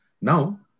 Now